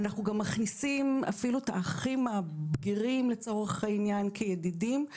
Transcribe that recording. אנחנו גם מכניסים אפילו את האחים הבגירים לצורך העניין כידידים,